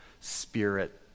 Spirit